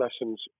lessons